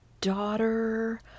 daughter